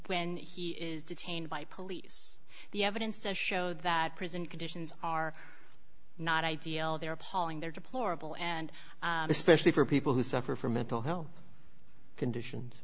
when he is detained by police the evidence to show that prison conditions are not ideal they are appalling there deplorable and especially for people who suffer from mental health conditions